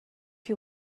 you